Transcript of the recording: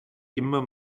immer